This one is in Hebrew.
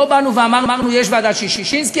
לא באנו ואמרנו: יש ועדת ששינסקי,